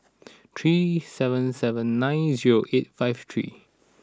three seven seven nine zero eight five three